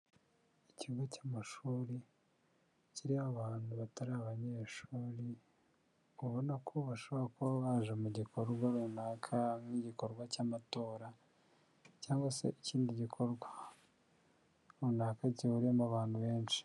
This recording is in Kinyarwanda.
Ikigo cy'amashuri kiriho abantu batari abanyeshuri ubona ko bashobora kuba baje mu gikorwa runaka nk'igikorwa cy'amatora cyangwa se ikindi gikorwa runaka gihuwerimo abantu benshi.